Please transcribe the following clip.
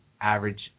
average